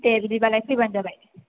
दे बिदिबालाय फैबानो जाबाय